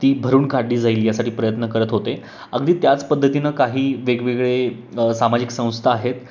ती भरून काढली जाईल यासाठी प्रयत्न करत होते अगदी त्याच पद्धतीनं काही वेगवेगळे सामाजिक संस्था आहेत